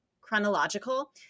chronological